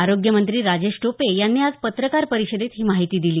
आरोग्यमंत्री राजेश टोपे यांनी आज पत्रकार परिषदेत ही माहिती दिली